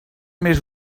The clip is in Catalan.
més